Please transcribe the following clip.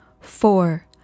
Four